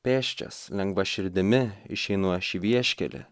pėsčias lengva širdimi išeinu aš į vieškelį